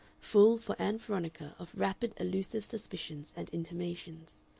full for ann veronica of rapid elusive suspicions and intimations.